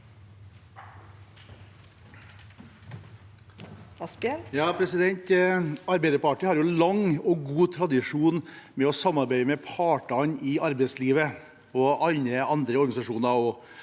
Arbeiderpartiet har lang og god tradisjon for å samarbeide med partene i arbeidslivet og andre organisasjoner